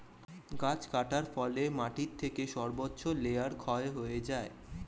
গাছ কাটার ফলে মাটি থেকে সর্বোচ্চ লেয়ার ক্ষয় হয়ে যায়